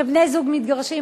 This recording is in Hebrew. כשבני-זוג מתגרשים,